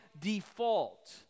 default